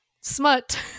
smut